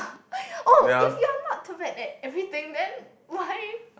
oh if you're not too bad at everything then why